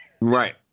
Right